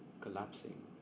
collapsing